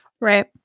right